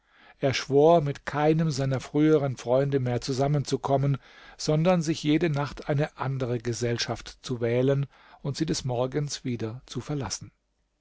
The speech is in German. er schwor mit keinem seiner früheren freunde mehr zusammen zu kommen sondern sich jede nacht eine andere gesellschaft zu wählen und sie des morgens wieder zu verlassen